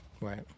Right